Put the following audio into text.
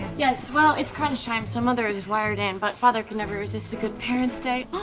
yes, well, it's crunch time, so mother is wired in, but father could never resist a good parents' day.